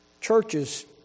Churches